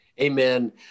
Amen